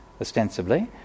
ostensibly